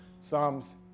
Psalms